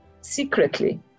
secretly